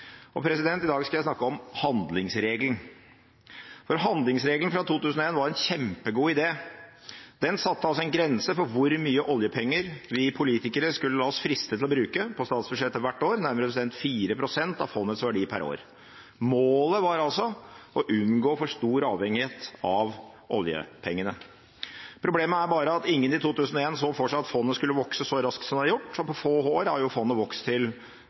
Og i dag skal jeg snakke om handlingsregelen. For handlingsregelen fra 2001 var en kjempegod idé. Den satte en grense for hvor mye oljepenger vi politikere skulle la oss friste til å bruke på statsbudsjettet hvert år, nærmere bestemt 4 pst. av fondets verdi per år. Målet var altså å unngå for stor avhengighet av oljepengene. Problemet er bare at ingen i 2001 så for seg at fondet skulle vokse så raskt som det har gjort. På få år har fondet vokst til